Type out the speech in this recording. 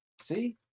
See